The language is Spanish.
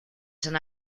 san